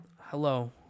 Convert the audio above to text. Hello